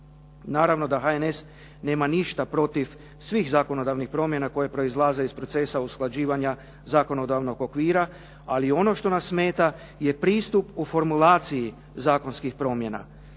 Naravno da HNS nema ništa protiv svih zakonodavnih promjena koje proizlaze iz procesa usklađivanja zakonodavnog okvira, ali ono što nam smeta je pristup u formulaciji zakonskih promjena.